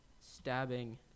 Stabbing